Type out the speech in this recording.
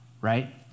right